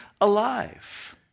alive